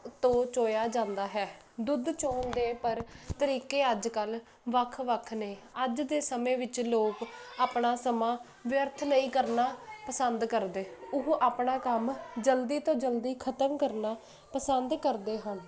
ਤੋਂ ਚੋਇਆ ਜਾਂਦਾ ਹੈ ਦੁੱਧ ਚੋਣ ਦੇ ਪਰ ਤਰੀਕੇ ਅੱਜ ਕੱਲ ਵੱਖ ਵੱਖ ਨੇ ਅੱਜ ਦੇ ਸਮੇਂ ਵਿੱਚ ਲੋਕ ਆਪਣਾ ਸਮਾਂ ਵਿਅਰਥ ਨਹੀਂ ਕਰਨਾ ਪਸੰਦ ਕਰਦੇ ਉਹ ਆਪਣਾ ਕੰਮ ਜਲਦੀ ਤੋਂ ਜਲਦੀ ਖਤਮ ਕਰਨਾ ਪਸੰਦ ਕਰਦੇ ਹਨ